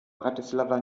bratislava